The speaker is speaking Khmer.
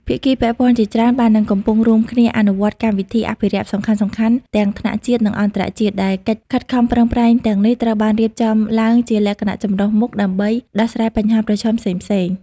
ភាគីពាក់ព័ន្ធជាច្រើនបាននិងកំពុងរួមគ្នាអនុវត្តកម្មវិធីអភិរក្សសំខាន់ៗ ទាំងថ្នាក់ជាតិ និងអន្តរជាតិ ដែលកិច្ចខិតខំប្រឹងប្រែងទាំងនេះត្រូវបានរៀបចំឡើងជាលក្ខណៈចម្រុះមុខ ដើម្បីដោះស្រាយបញ្ហាប្រឈមផ្សេងៗ។